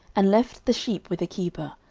and left the sheep with a keeper,